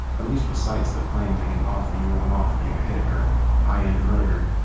at least with sites that claim they can offer you a mafia hit or high-end murder,